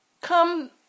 come